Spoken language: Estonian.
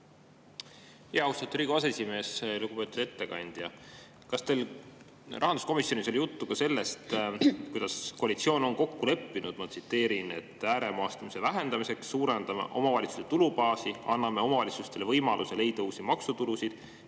Austatud Riigikogu aseesimees! Lugupeetud ettekandja! Kas teil rahanduskomisjonis oli juttu ka sellest, kuidas koalitsioon on kokku leppinud … Ma tsiteerin: "Ääremaastumise vähendamiseks suurendame omavalitsuste tulubaasi, anname omavalitsustele võimaluse leida uusi maksutulusid